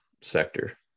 sector